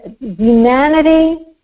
Humanity